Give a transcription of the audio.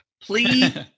please